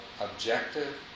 objective